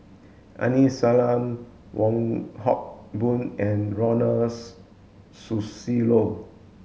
Aini Salim Wong Hock Boon and Ronald Susilo